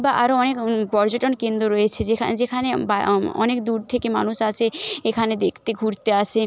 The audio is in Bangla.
বা আরও অনেক পর্যটন কেন্দ্র রয়েছে যেখানে যেখানে বা অনেক দূর থেকে মানুষ আসে এখানে দেখতে ঘুরতে আসে